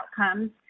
outcomes